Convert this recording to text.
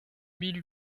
mille